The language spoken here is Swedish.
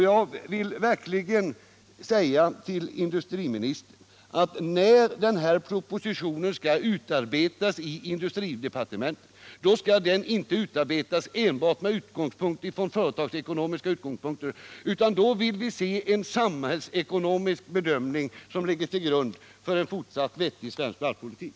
Jag vill verkligen säga till industriministern att när propositionen skall utarbetas i industridepartementet, så skall den inte utarbetas enbart från företagsekonomiska utgångspunkter, utan då vill vi se en samhällsekonomisk bedömning som ligger till grund för en fortsatt vettig svensk varvspolitik.